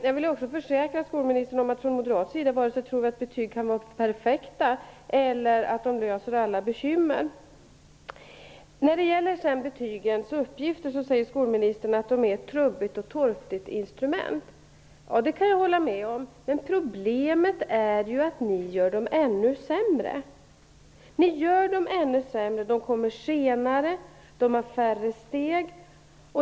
Jag försäkrar, skolministern, att vi moderater inte tror vare sig att betyg kan vara perfekta eller att betyg löser alla bekymmer. När det sedan gäller betygens uppgift säger skolministern att betygen är ett trubbigt och torftigt instrument. Ja, det kan jag hålla med om. Men problemet är att ni gör betygen ännu sämre. De kommer senare. De har färre steg.